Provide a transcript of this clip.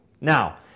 Now